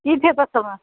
কি থিয়েটাৰ চাবা